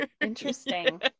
interesting